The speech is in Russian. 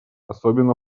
особенно